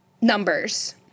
numbers